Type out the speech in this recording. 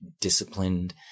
disciplined